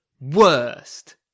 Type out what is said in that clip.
Worst